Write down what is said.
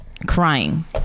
crying